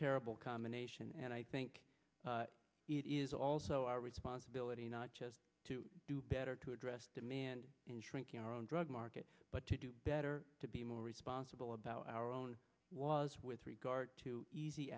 terrible combination and i think it is also our responsibility not just to do better to address demand in shrinking our own drug market but to do better to be more responsible about our own was with regard to easy